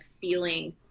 feeling